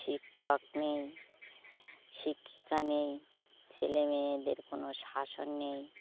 শিক্ষক নেই শিক্ষিকা নেই ছেলেমেয়েদের কোনো শাসন নেই